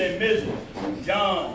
John